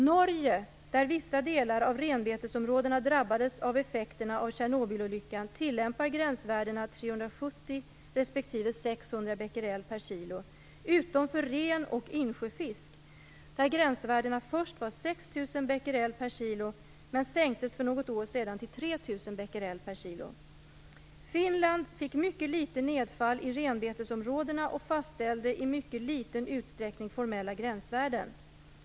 Norge, där vissa delar av renbetesområdena drabbades av effekterna av Tjernobylolyckan, tillämpar gränsvärdena 370 respektive 600 Bq kg. Finland fick mycket litet nedfall i renbetesområdena och fastställde i mycket liten utsträckning formella gränsvärden.